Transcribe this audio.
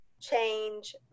change